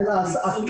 זה נעשה.